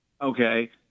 Okay